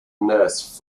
nurse